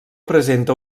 presenta